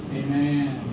amen